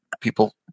people